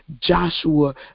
Joshua